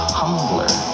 humbler